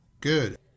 Good